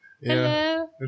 Hello